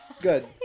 good